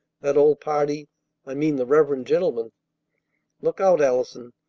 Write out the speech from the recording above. that old party i mean, the reverend gentleman look out, allison,